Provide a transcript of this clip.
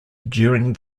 during